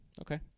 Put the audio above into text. Okay